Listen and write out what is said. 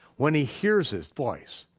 when he hears his voice,